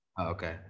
Okay